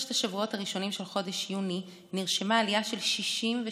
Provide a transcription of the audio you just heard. בשלושת השבועות הראשונים של חודש יוני נרשמה עלייה של 68%